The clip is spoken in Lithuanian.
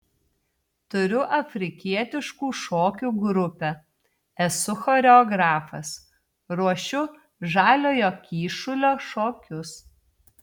turiu afrikietiškų šokių grupę esu choreografas ruošiu žaliojo kyšulio šokius